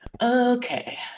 Okay